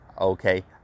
Okay